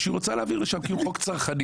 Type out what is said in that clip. שהיא רוצה להעביר לשם כי הוא חוק צרכני,